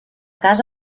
casa